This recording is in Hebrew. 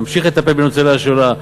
נמשיך לטפל בנושא ניצולי השואה,